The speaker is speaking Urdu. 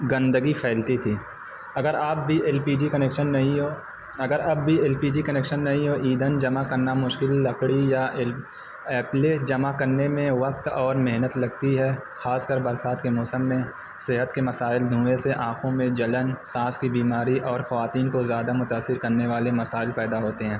گندگی پھیلتی تھی اگر آپ بھی ایل پی جی کنیکشن نہیں ہو اگر اب بھی ایل پی جی کنیکشن نہیں ہو ایندھن جمع کرنا مشکل لکڑی یا ایل اپلیں جمع کرنے میں وقت اور محنت لگتی ہے خاص کر برسات کے موسم میں صحت کے مسائل دھویں سے آنکھوں میں جلن سانس کی بیماری اور خواتین کو زیادہ متاثر کرنے والے مسائل پیدا ہوتے ہیں